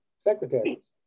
secretaries